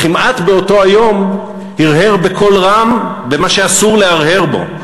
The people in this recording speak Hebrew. וכמעט באותו היום הרהר בקול רם במה שאסור להרהר בו,